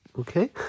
Okay